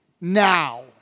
now